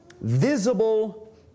visible